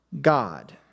God